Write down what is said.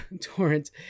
torrent